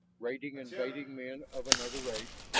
raided invading men of another race,